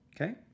Okay